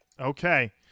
Okay